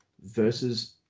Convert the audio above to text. versus